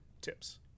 tips